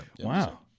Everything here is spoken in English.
wow